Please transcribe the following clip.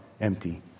empty